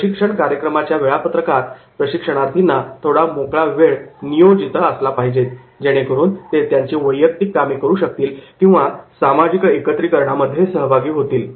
प्रशिक्षण कार्यक्रमाच्या वेळापत्रकात प्रशिक्षणार्थींना थोडा मोकळा वेळ नियोजित असला पाहिजे जेणेकरून ते त्यांची वैयक्तिक कामे करू शकतील किंवा सामाजिक एकत्रीकरणामध्ये सहभागी होतील